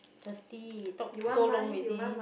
thirsty talk so long already